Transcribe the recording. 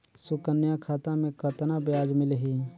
सुकन्या खाता मे कतना ब्याज मिलही?